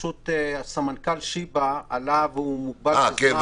סמנכ"ל שיבא עלה לזום, והוא מוגבל בזמן.